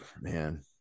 man